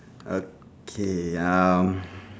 okay um